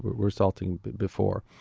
we're salting before.